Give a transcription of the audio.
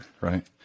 Right